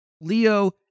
Leo